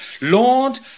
Lord